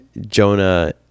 Jonah